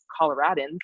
coloradans